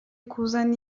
kuzana